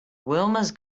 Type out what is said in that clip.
wilma’s